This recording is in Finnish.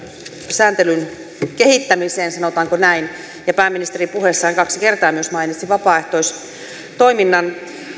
sääntelyn kehittämiseen sanotaanko näin pääministeri puheessaan kaksi kertaa myös mainitsi vapaaehtoistoiminnan